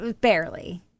Barely